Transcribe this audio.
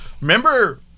Remember